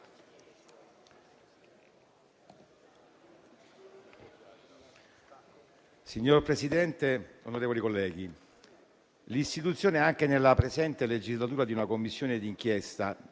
Signor Presidente, onorevoli colleghi, l'istituzione anche nella presente legislatura di una Commissione di inchiesta